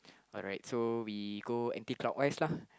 alright so we go anti clockwise lah